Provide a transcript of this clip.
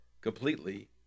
completely